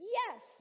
yes